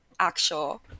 actual